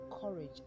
courage